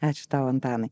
ačiū tau antanai